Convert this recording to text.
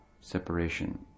separation